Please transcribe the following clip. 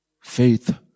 faith